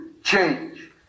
Change